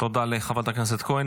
תודה לחברת הכנסת כהן.